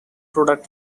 product